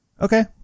Okay